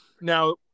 Now